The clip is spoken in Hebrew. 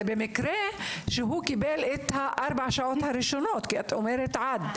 זה במקרה שהוא קיבל את ארבע השעות הראשונות כי את אומרת עד,